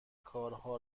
کارها